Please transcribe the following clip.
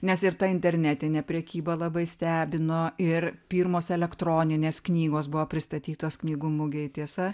nes ir ta internetinė prekyba labai stebino ir pirmos elektroninės knygos buvo pristatytos knygų mugėj tiesa